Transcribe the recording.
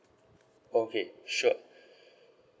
okay sure